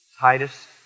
Titus